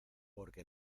porque